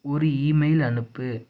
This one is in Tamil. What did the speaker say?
ஒரு ஈமெயில் அனுப்பு